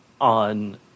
on